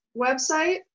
website